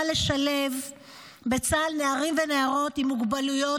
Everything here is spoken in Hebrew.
לשלב בצה"ל נערים ונערות עם מוגבלויות,